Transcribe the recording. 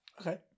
Okay